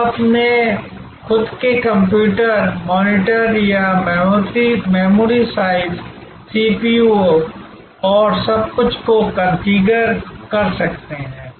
आप अपने खुद के कंप्यूटर मॉनिटर या मेमोरी साइज सीपीयू और सब कुछ को कॉन्फ़िगर कर सकते हैं